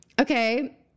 okay